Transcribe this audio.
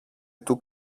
του